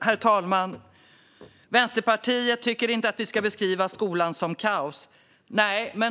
Herr talman! Vänsterpartiet tycker inte att vi ska beskriva skolan som kaos.